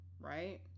right